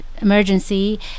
emergency